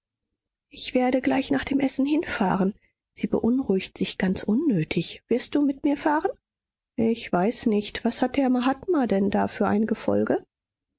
ich werde gleich nach dem essen hinfahren sie beunruhigt sich ganz unnötig wirst du mit mir fahren ich weiß nicht was hat der mahatma denn da für ein gefolge